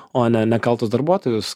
o ne nekaltus darbuotojus